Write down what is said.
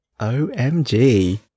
OMG